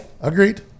Agreed